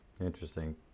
Interesting